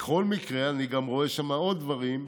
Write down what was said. בכל מקרה, אני רואה שם עוד דברים,